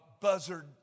buzzard